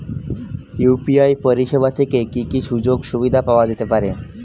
UPI পরিষেবা থেকে কি কি সুযোগ সুবিধা পাওয়া যেতে পারে?